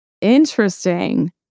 Interesting